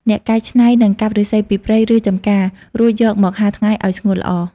អ្នកកែច្នៃនឹងកាប់ឫស្សីពីព្រៃ ឬចម្ការ រួចយកមកហាលថ្ងៃឲ្យស្ងួតល្អ។